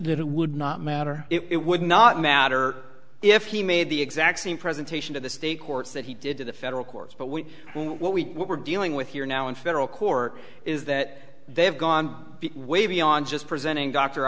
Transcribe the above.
it would not matter it would not matter if he made the exact same presentation to the state courts that he did to the federal courts but we what we were dealing with here now in federal court is that they have gone way beyond just presenting dr